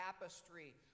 tapestry